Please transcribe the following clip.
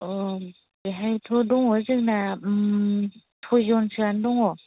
औ बेवहायथ' दङ जोंना सयजोनसोआनो दङ